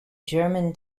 german